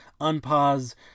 unpause